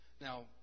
Now